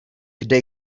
kde